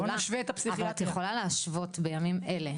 אבל את יכולה להשוות בימים אלו,